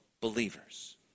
believers